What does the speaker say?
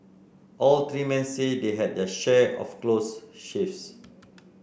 all three men say they had their share of close shaves